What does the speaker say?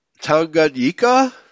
Tanganyika